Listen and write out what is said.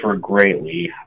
greatly